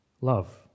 love